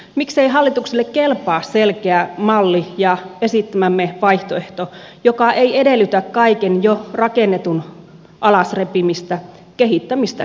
miksei hallitukselle kelpaa selkeä malli ja esittämämme vaihtoehto joka ei edellytä kaiken jo rakennetun alas repimistä kehittämistä kylläkin